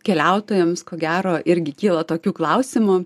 keliautojams ko gero irgi kyla tokių klausimų